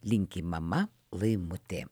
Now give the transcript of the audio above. linki mama laimutė